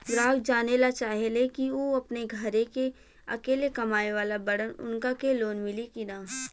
ग्राहक जानेला चाहे ले की ऊ अपने घरे के अकेले कमाये वाला बड़न उनका के लोन मिली कि न?